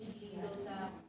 idli dosa